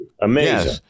amazing